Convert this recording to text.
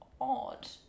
odd